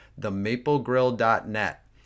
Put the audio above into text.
themaplegrill.net